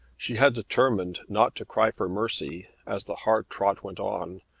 she had determined not to cry for mercy as the hard trot went on.